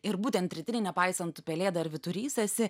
ir būtent rytinį nepaisant tu pelėda ar vyturys esi